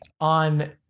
on